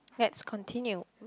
let's continue